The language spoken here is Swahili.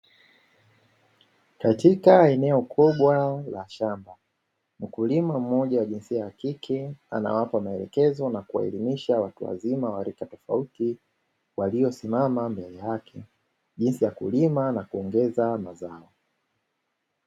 Katika eneo kubwa la shamba mkulima mmoja wa jinsia ya kike anawapa maelekezo na kuwaelimisha watu wazima walitofauti waliosimama mbele yake jinsi ya kulima na kuongeza mazao.